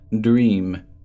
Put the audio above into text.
dream